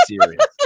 serious